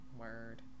word